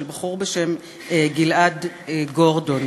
של בחור בשם גלעד גורדון.